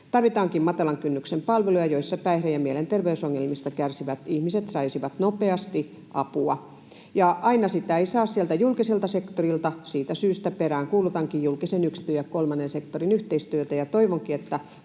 Tarvitaankin matalan kynnyksen palveluja, joissa päihde- ja mielenterveysongelmista kärsivät ihmiset saisivat nopeasti apua. Ja aina sitä ei saa sieltä julkiselta sektorilta. Siitä syystä peräänkuulutankin julkisen, yksityisen ja kolmannen sektorin yhteistyötä